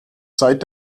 seit